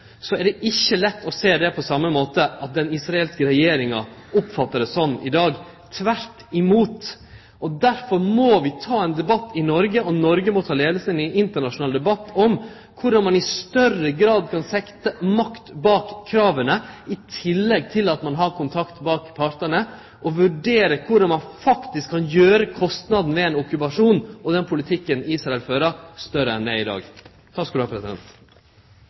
er det ikkje lett å sjå det på same måten, at den israelske regjeringa oppfattar det sånn i dag – tvert imot. Derfor må vi ta ein debatt i Noreg, og Noreg må ta leiinga i internasjonal debatt om korleis ein i større grad kan setje makt bak krava, i tillegg til at ein har kontakt bak partane, og vurdere korleis ein faktisk kan gjere kostnadene ved ein okkupasjon og den politikken Israel fører, større enn dei er i dag.